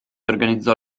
organizzò